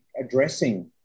addressing